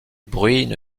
bruine